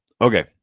okay